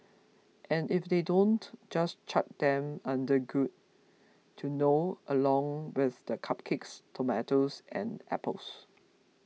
and if they don't just chuck them under good to know along with the cupcakes tomatoes and apples